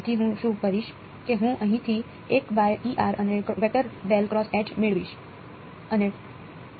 તેથી હું શું કરીશ કે હું અહીંથી અને મેળવીશ